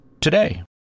Today